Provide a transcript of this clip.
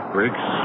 Briggs